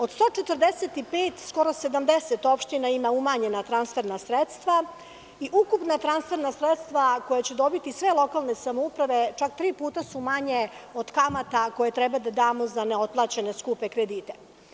Od 145 skoro 70 opština ima umanjena transferna sredstva i ukupna transferna sredstva koja će dobiti sve lokalne samouprave čak tri puta su manje od kamata koje treba da damo za neotplaćene skupe kredite.